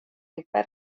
ipar